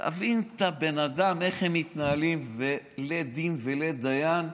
תבין את הבן אדם, מתנהלים, לית דין ולית דיין.